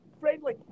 friendly